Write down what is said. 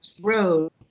road